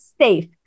safe